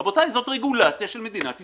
רבותי, זאת רגולציה של מדינת ישראל.